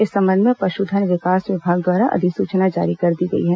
इस संबंध में पशुधन विकास विभाग द्वारा अधिसूचना जारी कर दी गई है